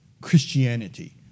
Christianity